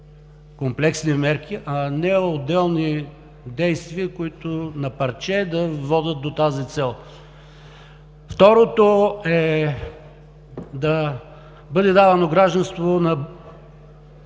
комплексни мерки, а не отделни действия, които на парче да водят до тази цел. Второто е да бъде давано гражданство на